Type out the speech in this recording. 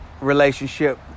relationship